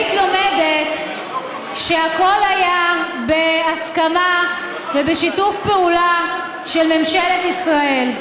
היית לומדת שהכול היה בהסכמה ובשיתוף פעולה של ממשלת ישראל.